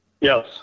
Yes